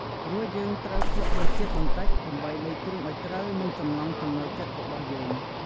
រួចយើងត្រូវភ្លក់រសជាតិបន្តិចដើម្បីលៃគ្រឿងឲ្យត្រូវនឹងចំណង់ចំណូលចិត្តរបស់យើង។